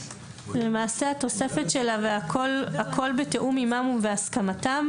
למעשה התוספת של ה"והכול בתיאום עימם ובהסכמתם"